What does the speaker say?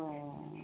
অ